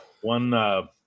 one